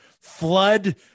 flood